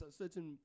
certain